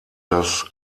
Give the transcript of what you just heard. das